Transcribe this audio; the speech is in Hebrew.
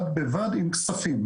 בד בבד עם כספים,